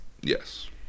Yes